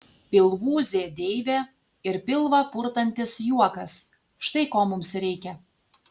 pilvūzė deivė ir pilvą purtantis juokas štai ko mums reikia